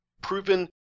proven